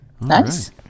Nice